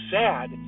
sad